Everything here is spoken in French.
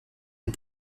est